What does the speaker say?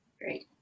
Great